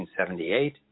1978